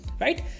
right